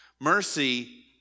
Mercy